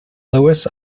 luis